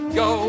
go